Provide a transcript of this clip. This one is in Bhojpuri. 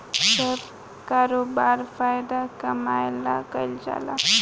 सब करोबार फायदा कमाए ला कईल जाल